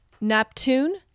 Neptune